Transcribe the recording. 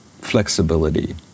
flexibility